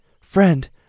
Friend